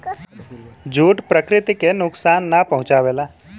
jute प्रकृति के नुकसान ना पहुंचावला